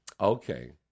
Okay